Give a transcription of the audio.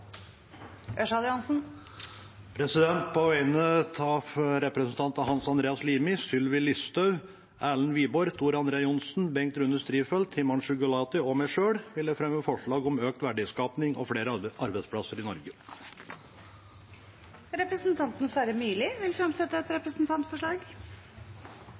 På vegne av representantene Hans Andreas Limi, Sylvi Listhaug, Erlend Wiborg, Tor André Johnsen, Bengt Rune Strifeldt, Himanshu Gulati og meg selv vil jeg fremme forslag om økt verdiskaping og flere arbeidsplasser i Norge. Representanten Sverre Myrli vil fremsette et